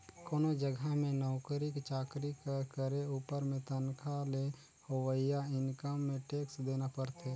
कोनो जगहा में नउकरी चाकरी कर करे उपर में तनखा ले होवइया इनकम में टेक्स देना परथे